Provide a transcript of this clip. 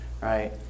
Right